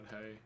hey